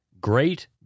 Great